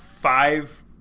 five